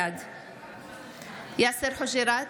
בעד יאסר חוג'יראת,